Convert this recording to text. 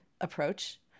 approach